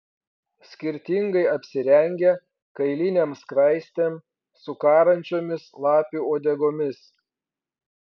skirtingai apsirengę kailinėm skraistėm su karančiomis lapių uodegomis